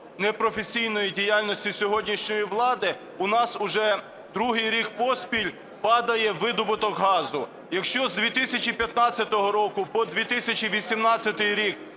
непрофесійної діяльності сьогоднішньої влади у нас вже другий рік поспіль падає видобуток газу. Якщо з 2015 року по 2018 рік